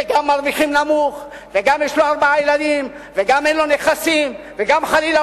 מי שגם מרוויח מעט וגם יש לו ארבעה ילדים וגם אין נכסים וגם חלילה